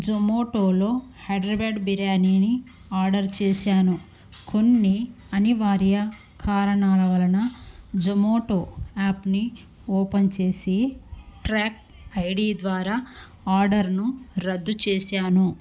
జొమాటోలో హైద్రాబాద్ బిర్యానీని ఆర్డర్ చేశాను కొన్ని అనివార్య కారణాల వలన జొమాటో యాప్ని ఓపెన్ చేసి ట్రాక్ ఐడీ ద్వారా ఆర్డర్ని రద్దు చేశాను